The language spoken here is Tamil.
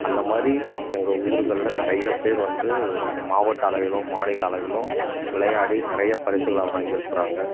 அந்த மாதிரி எங்கள் ஊருக்களில் நிறைய பேர் வந்து மாவட்ட அளவிலும் மாநில அளவிலும் விளையாடி நிறைய பரிசுகளை வாங்கியிருக்கறாங்க